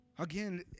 Again